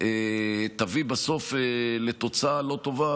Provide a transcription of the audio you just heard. תביא בסוף לתוצאה לא טובה,